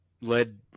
led